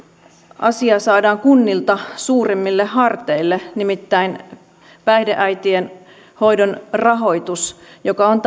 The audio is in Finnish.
asia saadaan kunnilta suuremmille harteille nimittäin päihdeäitien hoidon rahoitus on